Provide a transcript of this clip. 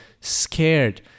scared